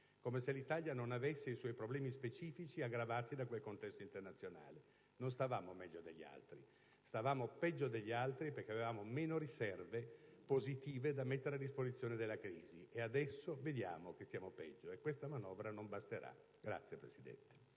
come se l'Italia non avesse i suoi problemi specifici, aggravati dal quel contesto internazionale. Non stavamo meglio degli altri: stavamo peggio, perché avevamo meno riserve positive da mettere a disposizione contro la crisi. Adesso vediamo che stiamo peggio, e questa manovra non basterà. *(Applausi